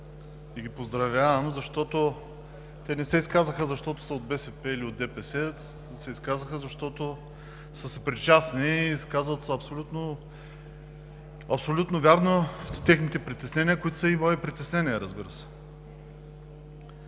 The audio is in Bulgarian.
и ги поздравявам, защото те не се изказаха защото са от БСП или от ДПС, а се изказаха защото са съпричастни и казват абсолютно вярно техните притеснения, които са и мои притеснения, разбира се.